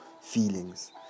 feelings